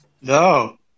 No